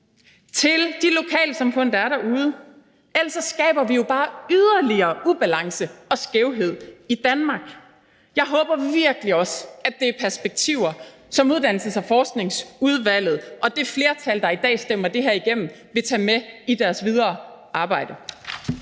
til de lokalsamfund, der er derude, ellers skaber vi jo bare yderligere ubalance og skævhed i Danmark. Jeg håber virkelig også, at det er perspektiver, som Uddannelses- og Forskningsudvalget og det flertal, der i dag stemmer det her igennem, vil tage med i deres videre arbejde.